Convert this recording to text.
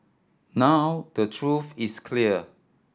now the truth is clear